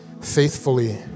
faithfully